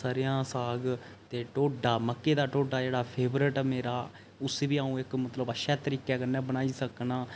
स'रेआं दा साग ते ढोडा मक्के दा ढोडा जेह्ड़ा फेवरेट मेरा उसी बी अ'उं अच्छे तरीेके कन्नै बनाई सकना